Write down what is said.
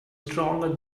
stronger